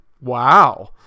Wow